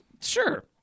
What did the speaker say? sure